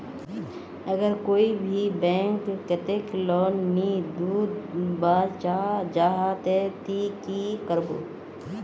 अगर कोई भी बैंक कतेक लोन नी दूध बा चाँ जाहा ते ती की करबो?